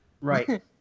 Right